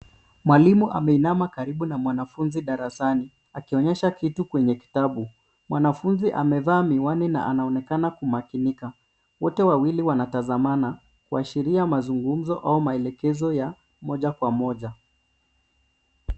Mwalimu ameinama karibu na mwanafunzi darasani akionyesha kitu kwenye kitabu. Mwanafunzi amevaa miwani na anaonekana kumakinika. Wote wawili wanatazamana kuashiria mazungumzo au maelekezo ya moja kwa moja.